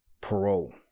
parole